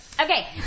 Okay